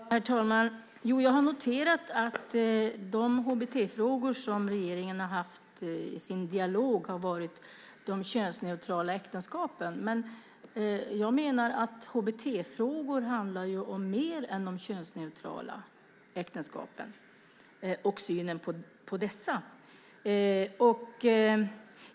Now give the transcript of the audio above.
Herr talman! Jag har noterat att de HBT-frågor som regeringen har haft i sin dialog har varit de könsneutrala äktenskapen. Men jag menar att HBT-frågor handlar om mer än om könsneutrala äktenskap och synen på dessa.